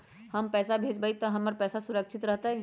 हम पैसा भेजबई तो हमर पैसा सुरक्षित रहतई?